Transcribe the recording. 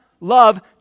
love